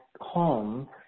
home